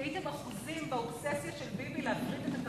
כי הייתם אחוזים באובססיה של ביבי להפריט את הקרקעות.